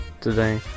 today